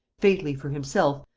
fatally for himself,